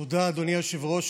תודה, אדוני היושב-ראש.